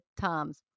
times